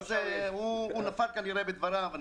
הוא כנראה נפל בדבריו.